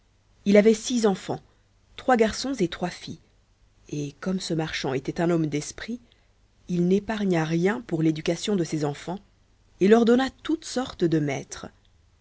il avait six enfans trois garçons et trois filles et comme ce marchand était un homme d'esprit il n'épargna rien pour l'éducation de ses enfants et leur donna toutes sortes de maîtres